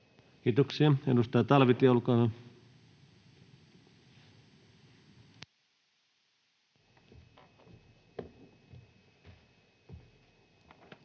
Kiitoksia. — Edustaja Talvitie, olkaa hyvä.